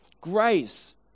grace